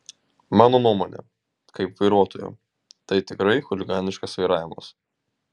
mano nuomonė kaip vairuotojo tai tikrai chuliganiškas vairavimas